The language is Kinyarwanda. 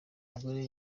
mugore